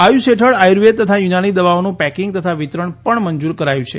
આયુષ હેઠળ આયુર્વેદ તથા યુનાની દવાઓનું પેકીંગ તથા વિતરણ પણ મંજૂર કરાયું છે